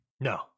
no